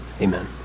amen